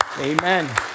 Amen